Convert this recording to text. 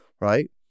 Right